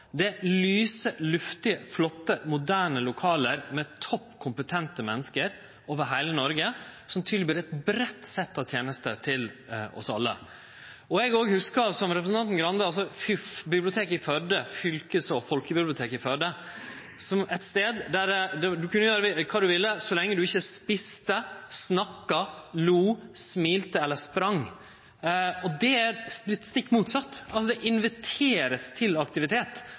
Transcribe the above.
Det er lyse, luftige, flotte, moderne lokale med topp kompetente menneske over heile Noreg, som tilbyr eit breitt sett av tenester til oss alle. Eg hugsar, på same måte som representanten Arild Grande hugsar folkebiblioteket, fylkes- og folkebiblioteket i Førde som ein stad der ein kunne gjere kva ein ville, så lenge ein ikkje åt, snakka, lo, smilte eller sprang. No er det stikk motsett. Det vert invitert til aktivitet.